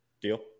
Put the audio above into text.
deal